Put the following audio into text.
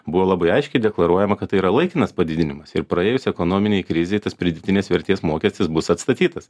buvo labai aiškiai deklaruojama kad tai yra laikinas padidinimas ir praėjus ekonominei krizei tas pridėtinės vertės mokestis bus atstatytas